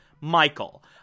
Michael